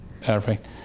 Perfect